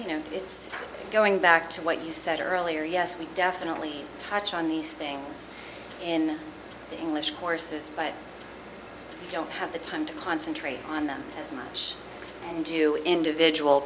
you know it's going back to what you said earlier yes we definitely touch on these things in english courses but don't have the time to concentrate on them as much and do do individual